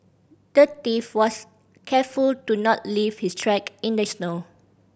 the thief was careful to not leave his track in the snow